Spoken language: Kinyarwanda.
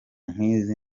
nk’izi